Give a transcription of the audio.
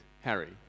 Harry